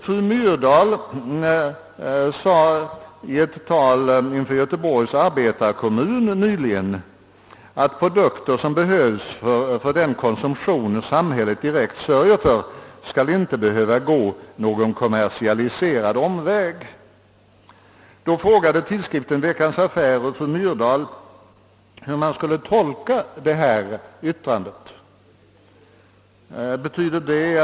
Fru Myrdal sade i ett tal inför Göteborgs arbetarkommun att produkter som behövs för den konsumtion, som samhället direkt sörjer för, inte skall behöva gå någon kommersialiserad omväg. Tidskriften Veckans Affärer frågade fru Myrdal hur man skulle tolka detta yttrande, som förefaller ganska långtgående.